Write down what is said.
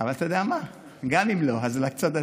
אבל אתה יודע מה, גם אם לא, אז לצד הזה: